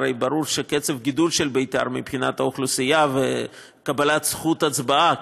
הרי ברור שקצב הגידול של ביתר מבחינת האוכלוסייה וקבלת זכות ההצבעה,